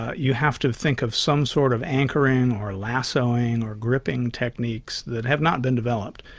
you have to think of some sort of anchoring or lassoing or gripping techniques that have not been developed.